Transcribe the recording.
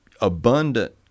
abundant